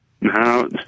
No